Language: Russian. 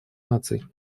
наций